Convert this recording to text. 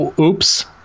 Oops